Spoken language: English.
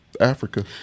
Africa